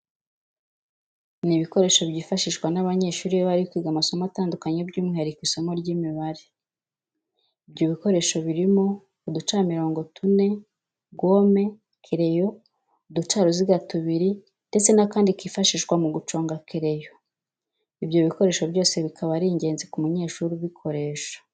Ni ibikoresho byifashishwa n'abanyeshuri iyo bari kwiga amasomo atandukanye by'umwihariko isimo ry'Imibare. ibyo bikoresho birimo uducamirongo tune, gome, kereyo, uducaruziga tubiri ndetse n'akandi kifashishwa mu guconga kereyo. Ibyo bikoresho byose bikaba ari ingenzi ku munyeshuri ubukoresha.